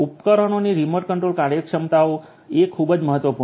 ઉપકરણોની remote control કાર્યક્ષમતાઓ એ ખૂબ જ મહત્વપૂર્ણ છે